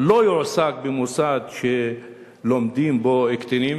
לא יועסק במוסד שלומדים בו קטינים,